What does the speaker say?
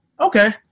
Okay